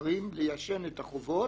מהגזברים ליישן את החובות,